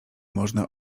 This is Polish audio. można